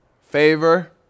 favor